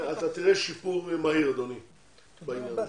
אתה תראה שיפור מהיר בעניין הזה,